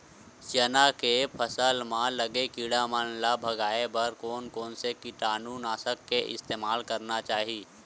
चना के फसल म लगे किड़ा मन ला भगाये बर कोन कोन से कीटानु नाशक के इस्तेमाल करना चाहि?